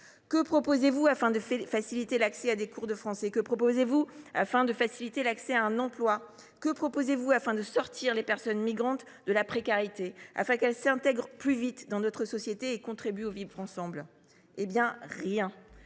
Que proposez vous pour faciliter l’accès à des cours de français ? Que proposez vous pour faciliter l’accès à un emploi ? Que proposez vous pour sortir les personnes migrantes de la précarité, pour qu’elles s’intègrent plus vite dans notre société et contribuent au vivre ensemble ? La réponse